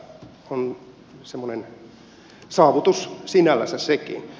tämä on semmoinen saavutus sinällänsä sekin